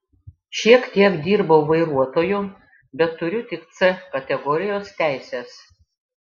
šiek tiek dirbau vairuotoju bet turiu tik c kategorijos teises